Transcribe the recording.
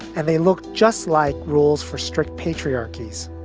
and they look just like rules for strict patriarchies.